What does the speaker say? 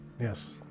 Yes